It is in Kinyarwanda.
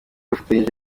afatanyije